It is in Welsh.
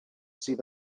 sydd